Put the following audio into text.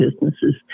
businesses